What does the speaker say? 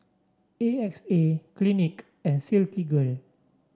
A X A Clinique and Silkygirl